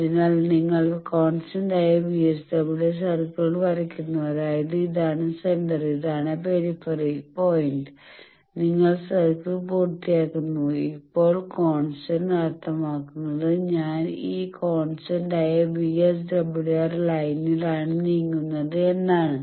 അതിനാൽ നിങ്ങൾ കോൺസ്റ്റന്റായ VSWR സർക്കിൾ വരയ്ക്കുന്നു അതായത് ഇതാണ് സെന്റർ ഇതാണ് പെരിഫറൽ പോയിന്റ് നിങ്ങൾ സർക്കിൾ പൂർത്തിയാക്കുന്നു ഇപ്പോൾ കോൺസ്റ്റന്റ് അർത്ഥമാക്കുന്നത് ഞാൻ ഈ കോൺസ്റ്റന്റായ VSWR ലൈനിലാണ് നീങ്ങുന്നത് എന്നാണ്